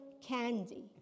candy